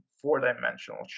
four-dimensional